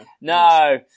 No